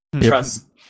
Trust